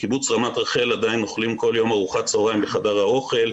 בקיבוץ רמת רחל עדיין אוכלים כל יום ארוחת צוהריים בחדר האוכל.